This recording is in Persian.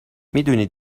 میدونی